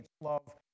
love